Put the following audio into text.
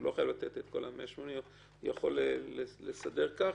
הוא לא חייב לתת את כל ה-180, הוא יכול לסדר כך